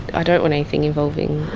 i don't want anything involving,